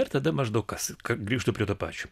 ir tada maždaug kas ka grįžtu prie to pačio